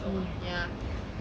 so ya